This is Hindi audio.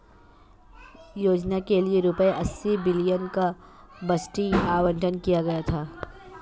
योजना के लिए रूपए अस्सी बिलियन का बजटीय आवंटन किया गया था